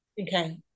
Okay